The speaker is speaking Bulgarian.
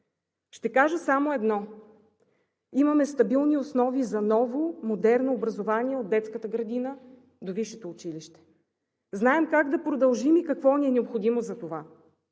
Ще кажа само едно: имаме стабилни основи за ново модерно образование от детската градина до висшите училища. Знаем как да продължим и какво ни е необходимо за това.